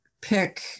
pick